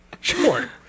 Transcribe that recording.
Sure